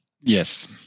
yes